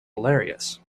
hilarious